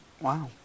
Wow